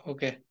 Okay